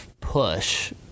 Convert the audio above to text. push